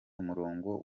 umurongo